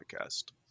podcast